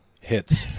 hits